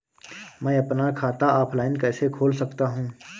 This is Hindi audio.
मैं अपना खाता ऑफलाइन कैसे खोल सकता हूँ?